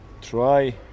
try